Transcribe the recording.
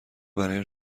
برای